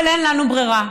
אבל אין לנו ברירה,